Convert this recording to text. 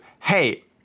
hey